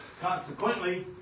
consequently